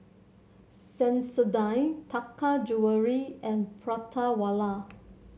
Sensodyne Taka Jewelry and Prata Wala